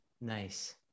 Nice